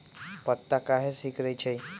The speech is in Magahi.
पत्ता काहे सिकुड़े छई?